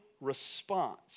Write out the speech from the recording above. response